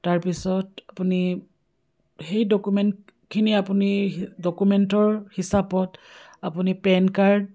তাৰপিছত আপুনি সেই ডকুমেণ্টখিনি আপুনি ডকুমেণ্টৰ হিচাপত আপুনি পেন কাৰ্ড